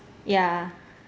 ya